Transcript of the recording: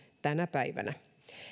tänä päivänä